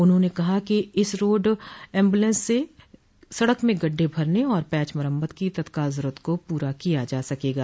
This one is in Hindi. उन्होंने कहा कि इस रोड ऐम्ब्रलेंस से सड़क में गढ़ढे भरने और पैच मरम्मत की तत्काल जरूरत को पूरा किया जा सकेगा